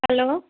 hello